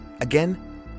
Again